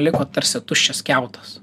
liko tarsi tuščias kiautas